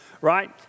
Right